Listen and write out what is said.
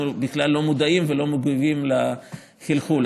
בכלל לא מודעים ולא מגיבים לחלחול.